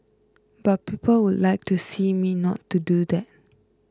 but people would like to see me not to do that